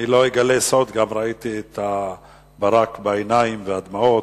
אני לא אגלה סוד, ראיתי את הברק בעיניים והדמעות.